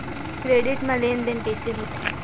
Credit मा लेन देन कइसे होथे?